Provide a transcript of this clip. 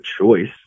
choice